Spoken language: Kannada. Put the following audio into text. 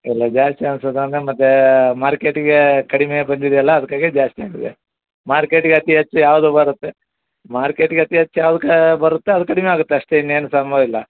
ಇಲ್ಲ ಜಾಸ್ತಿ ಅನ್ಸ್ತದೆ ಅಂದರೆ ಮತ್ತೆ ಮಾರ್ಕೆಟಿಗೆ ಕಡಿಮೆ ಬಂದಿದೆ ಅಲ್ಲ ಅದ್ಕಾಗಿ ಜಾಸ್ತಿ ಆಗ್ತದೆ ಮಾರ್ಕೆಟಿಗೆ ಅತಿ ಹೆಚ್ಚು ಯಾವುದು ಬರುತ್ತೆ ಮಾರ್ಕೆಟಿಗೆ ಅತಿ ಹೆಚ್ಚ್ ಯಾವ್ದು ಕಾ ಬರುತ್ತೆ ಅದು ಕಡಿಮೆ ಆಗುತ್ತೆ ಅಷ್ಟೇ ಇನ್ನೇನು ಸಮವಿಲ್ಲ